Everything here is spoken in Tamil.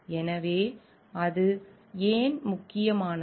எனவே அது ஏன் முக்கியமானது